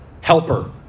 helper